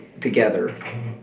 together